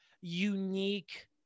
unique